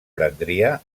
prendria